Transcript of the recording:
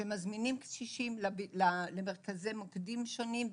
שמזמינים קשישים למרכזי מוקדים שונים,